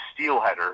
steelheader